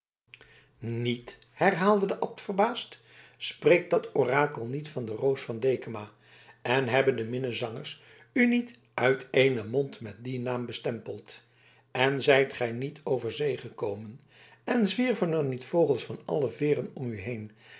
niet herhaalde de abt verbaasd spreekt dat orakel niet van de roos van dekama en hebben de minnezangers u niet uit éénen mond met dien naam bestempeld en zijt gij niet over zee gekomen en zwierven er niet vogels van alle veeren om u heen